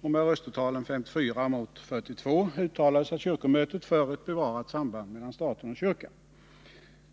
Med röstetalet 54 mot 42 uttalade sig kyrkomötet för ett bevarat samband mellan stat och kyrka.